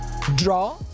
draw